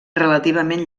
relativament